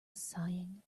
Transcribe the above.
sighing